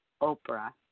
Oprah